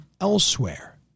elsewhere